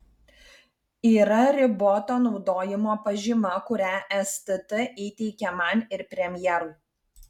yra riboto naudojimo pažyma kurią stt įteikė man ir premjerui